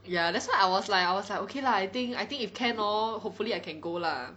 ya that's why I was like I was like okay lah I think I think if can hor hopefully I can go lah